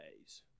days